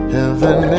Heaven